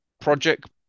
Project